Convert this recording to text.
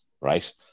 right